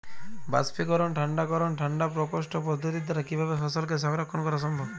বাষ্পীকরন ঠান্ডা করণ ঠান্ডা প্রকোষ্ঠ পদ্ধতির দ্বারা কিভাবে ফসলকে সংরক্ষণ করা সম্ভব?